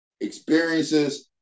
experiences